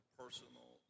personal